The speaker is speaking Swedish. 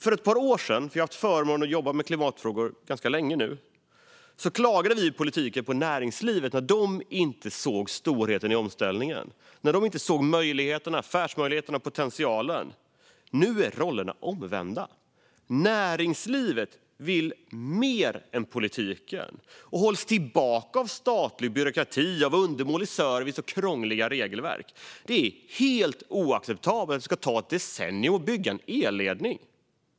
För ett par år sedan - jag har haft förmånen att jobba med klimatfrågor ganska länge nu - klagade vi i politiken på näringslivet när de inte såg storheten i omställningen, när de inte såg affärsmöjligheterna och potentialen. Nu är rollerna omvända. Näringslivet vill mer än politiken och hålls tillbaka av statlig byråkrati, undermålig service och krångliga regelverk. Det är helt oacceptabelt att det ska ta ett decennium att bygga en elledning.